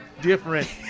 different